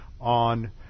on